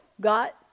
got